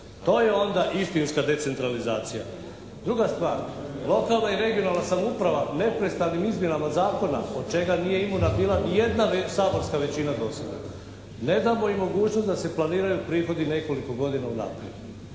To je onda istinska decentralizacija. Druga stvar, lokalna i regionalna samouprava neprestanim izmjenama zakona od čega nije imuna bila ni jedna saborska većina do sada, ne damo im mogućnost da se planiraju prihodi nekoliko godina unaprijed.